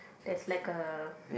that's like a